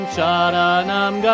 Sharanam